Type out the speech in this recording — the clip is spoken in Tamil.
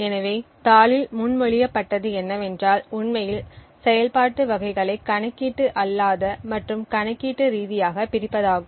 எனவே தாளில் முன்மொழியப்பட்டது என்னவென்றால் உண்மையில் செயல்பாட்டு வகைகளை கணக்கீட்டு அல்லாத மற்றும் கணக்கீட்டு ரீதியாகப் பிரிப்பதாகும்